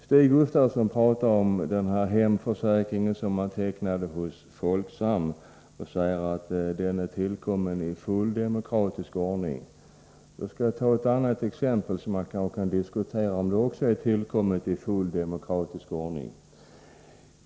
Stig Gustafsson talade om den hemförsäkring som har tecknats hos Folksam och säger att den är tillkommen i full demokratisk ordning. Då skall jag ta ett annat exempel som man kanske kan diskutera om det också är tillkommet i full demokratisk ordning.